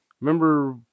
Remember